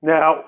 Now